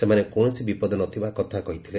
ସେମାନେ କୌଣସି ବିପଦ ନ ଥିବା କଥା କହିଥିଲେ